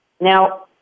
Now